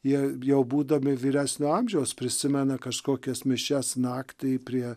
jie jau būdami vyresnio amžiaus prisimena kažkokias mišias naktį prie